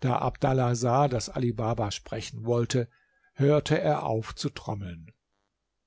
da abdallah sah daß ali baba sprechen wollte hörte er auf zu trommeln